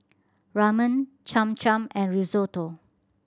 Ramen Cham Cham and Risotto